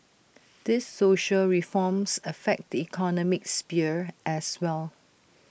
these social reforms affect the economic sphere as well